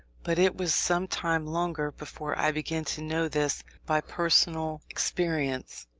but it was some time longer before i began to know this by personal experience.